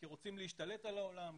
כרוצים להשתלט על העולם,